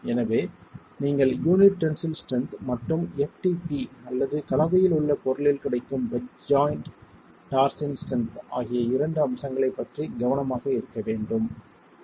எனவே நீங்கள் unit tensile strength மற்றும் ftp அல்லது கலவையில் உள்ள பொருளில் கிடைக்கும் பெட் ஜாய்ண்ட் டார்ஸின் ஸ்ட்ரென்த் ஆகிய இரண்டு அம்சங்களைப் பற்றி கவனமாக இருக்க வேண்டும் சரி